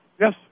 Yes